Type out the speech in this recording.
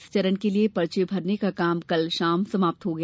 इस चरण के लिए पर्चे भरने का काम कल शाम समाप्त हो गया